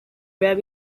where